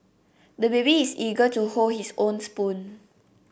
the baby is eager to hold his own spoon